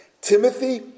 Timothy